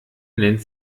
nennt